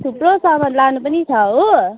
थुप्रो सामान लानु पनि छ हो